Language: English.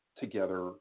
together